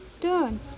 turn